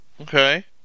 Okay